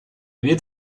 wird